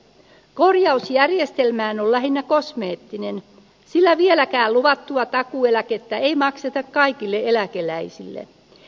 korjaus järjestelmään on lähinnä kosmeettinen sillä vieläkään luvattua takuueläkettä ei makseta kaikille eläkeläisille